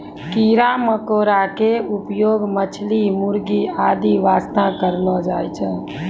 कीड़ा मकोड़ा के उपयोग मछली, मुर्गी आदि वास्तॅ करलो जाय छै